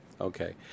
Okay